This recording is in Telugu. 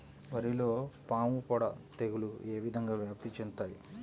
వరిలో పాముపొడ తెగులు ఏ విధంగా వ్యాప్తి చెందుతాయి?